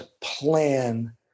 plan